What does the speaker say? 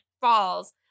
falls